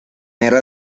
era